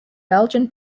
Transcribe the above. belgian